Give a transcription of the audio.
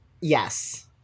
yes